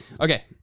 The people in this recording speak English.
okay